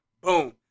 Boom